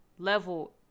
level